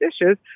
dishes